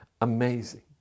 amazing